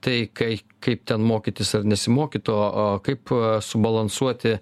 tai kai kaip ten mokytis ar nesimokyt o o kaip subalansuoti